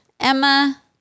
Emma